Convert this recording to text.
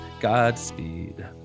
Godspeed